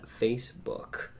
Facebook